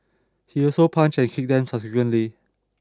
he also punched and kicked them subsequently